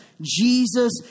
Jesus